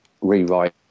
rewrite